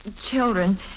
Children